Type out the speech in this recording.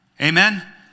Amen